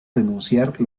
denunciar